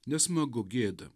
nesmagu gėda